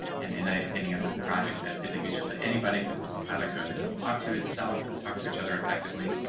and and i ending up with the project that isn't useful to anybody because there's a pilot code that doesn't talk to itself, talk to each other effectively.